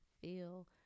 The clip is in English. feel